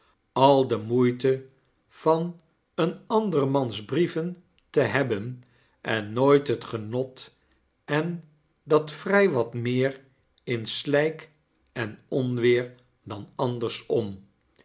al de moeite van een andermans brieven te hebben en nooit het genot en dat vrij wat meer in slijk en onweer dan andersom en